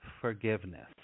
forgiveness